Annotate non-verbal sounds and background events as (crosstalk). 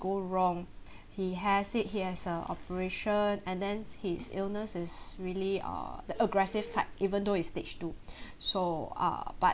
go wrong he has said he has a operation and then his illness is really uh the aggressive type even though it's stage two (breath) so ah but